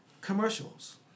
commercials